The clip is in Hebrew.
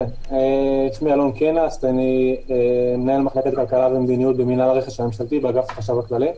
אני מנהל מחלקת כלכלה ומדיניות במנהל הרכש הממשלתי באגף החשב הכללי.